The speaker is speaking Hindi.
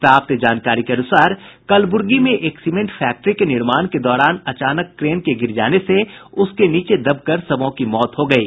प्राप्त जानकारी के अनुसार कलबुर्गी में एक सीमेंट फैक्ट्री के निर्माण के दौरान अचानक क्रेन के गिर जाने से उसके नीचे दबकर सबों की मौत हो गयी